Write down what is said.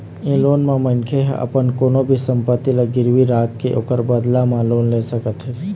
ए loan म मनखे ह अपन कोनो भी संपत्ति ल गिरवी राखके ओखर बदला म लोन ले सकत हे